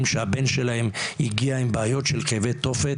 שהבן שלהם הגיע עם בעיות של כאבי תופת,